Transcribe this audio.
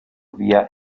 vía